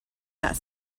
that